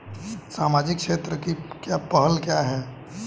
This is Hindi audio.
सामाजिक क्षेत्र की पहल क्या हैं?